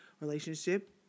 relationship